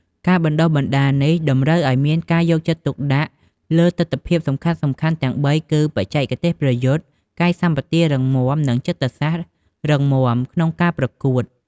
ការបណ្តុះបណ្តាលនេះតម្រូវឲ្យមានការយកចិត្តទុកដាក់លើទិដ្ឋភាពសំខាន់ៗទាំងបីគឺ បច្ចេកទេសប្រយុទ្ធ កាយសម្បទារឹងមាំ និងចិត្តសាស្ត្ររឹងមាំក្នុងការប្រកួត។